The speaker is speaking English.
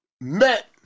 met